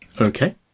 Okay